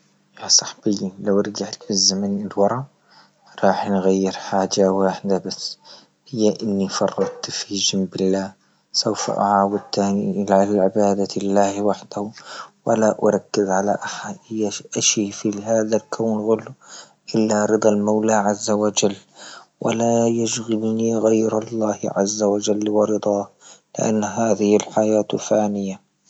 يا صاحبي لو رجعت الزمن للورا راح نغير حاجة واحدة بس، هي أني فرطت في بالله سوف تعاود ثاني الى عبادة الله وحده ولا أركز على أحد في هذا الكون كله إلا رضا المولى عز وجل ولا يشغلني غير الله عز وجل ورضاه، لأن هذه الحياة فانية.